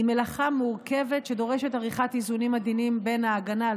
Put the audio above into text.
היא מלאכה מורכבת שדורשת עריכת איזונים עדינים בין ההגנה על